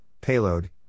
Payload